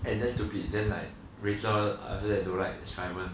and then stupid then like rachel after that don't like simon